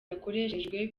yakoreshejwe